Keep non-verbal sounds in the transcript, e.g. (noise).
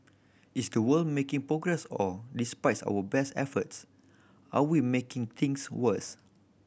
is the world making progress or despite (unintelligible) our best efforts are we making things worse